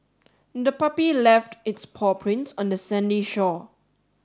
the puppy left its paw prints on the sandy shore